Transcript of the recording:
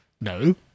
no